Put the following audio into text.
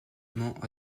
ment